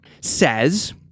says